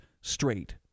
straight